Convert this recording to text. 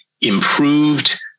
improved